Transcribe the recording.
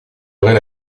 aurait